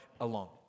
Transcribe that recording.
alone